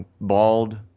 bald